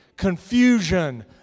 confusion